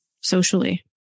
socially